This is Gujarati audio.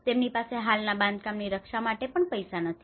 તેમની પાસે હાલના બાંધકામોની રક્ષા માટે પૈસા પણ નથી